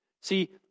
See